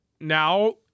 now